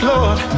Lord